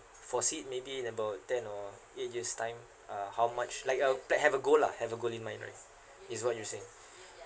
foresee maybe a number of ten or eight years time uh how much like a pla~ have a goal lah have a goal in mind right is what you saying